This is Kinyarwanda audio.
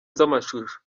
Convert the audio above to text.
z’amashusho